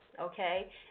Okay